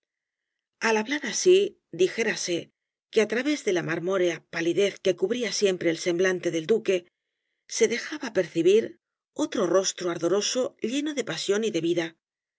al hablar así dij érase que á través de la marmórea palidez que cubría siempre el semblante del duque se dejaba percibir otro rostro ardoroso lleno de pasión y de vida